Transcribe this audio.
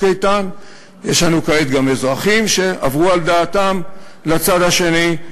איתן"; יש לנו כעת גם אזרחים שעברו על דעתם לצד השני.